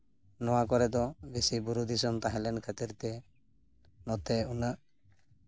ᱱᱚᱣᱟ ᱠᱚᱨᱮ ᱫᱚ ᱵᱮᱥᱤ ᱵᱩᱨᱩ ᱫᱤᱥᱚᱢ ᱛᱟᱦᱮᱸ ᱞᱮᱱ ᱠᱷᱟᱹᱛᱤᱨ ᱛᱮ ᱱᱚᱛᱮ ᱩᱱᱟᱹᱜ